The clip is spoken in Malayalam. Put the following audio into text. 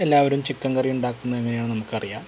എല്ലാവരും ചിക്കൻ കറി ഉണ്ടാക്കുന്നതെങ്ങനെയാണെന്ന് നമുക്കറിയാം